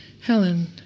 Helen